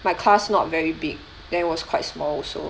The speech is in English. my class not very big then was quite small also